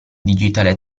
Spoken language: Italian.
digitale